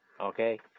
Okay